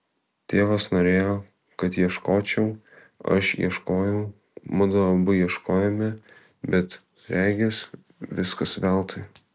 tėvas norėjo kad ieškočiau aš ieškojau mudu abu ieškojome bet regis viskas veltui